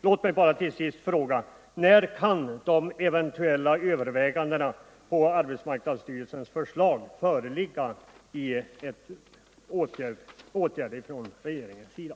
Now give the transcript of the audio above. Låt mig bara till sist fråga: När kan de eventuella övervägandena på arbetsmarknadsstyrelsens förslag föreligga och resultera i åtgärder från regeringens sida?